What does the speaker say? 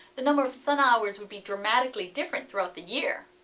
the number of sun hours would be dramatically different throughout the year.